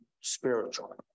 spiritual